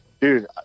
dude